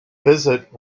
visit